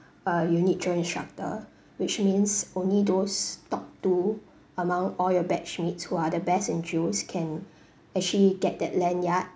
uh unit drill instructor which means only those top two among all your batchmates who are the best in drills can actually get that lanyard